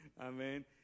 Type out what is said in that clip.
Amen